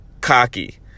cocky